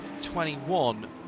21